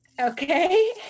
Okay